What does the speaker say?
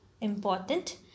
important